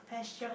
pasture